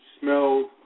smelled